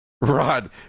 Rod